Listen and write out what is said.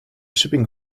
shipping